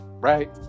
right